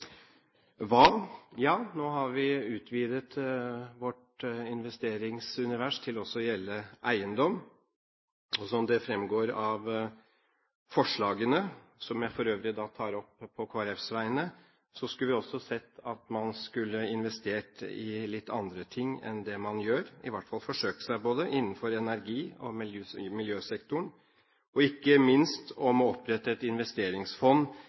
Hva skal vi investere i? Ja, nå har vi utvidet vårt investeringsunivers til også å gjelde eiendom. Som det fremgår av forslagene, som jeg for øvrig tar opp på Kristelig Folkepartis vegne, skulle vi også sett at man kunne investert i litt andre ting enn det man gjør, i hvert fall forsøke seg på det, innenfor energi- og miljøsektoren, og ikke minst opprettet et investeringsfond